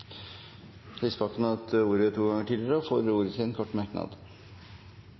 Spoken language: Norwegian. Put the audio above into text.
Lysbakken har hatt ordet to ganger tidligere og får ordet til en kort merknad,